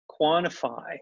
quantify